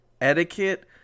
etiquette